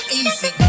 easy